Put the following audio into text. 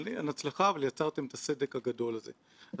אני עושה הכללה לחברי הכנסת באיזה אור מסוים.